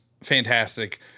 fantastic